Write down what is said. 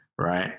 Right